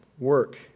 work